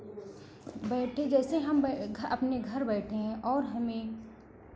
बैठे जैसे हम अपने घर बैठे हैं और हमें